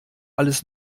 alles